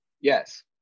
Yes